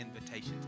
invitation